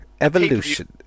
Evolution